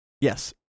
Yes